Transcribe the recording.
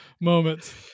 moments